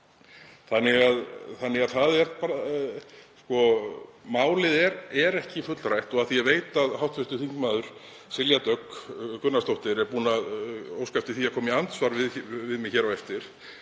málið er ekki fullrætt. Og af því ég veit að hv. þm. Silja Dögg Gunnarsdóttir er búin að óska eftir því að koma í andsvar við mig hér á eftir,